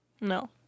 No